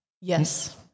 yes